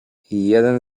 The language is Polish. jeden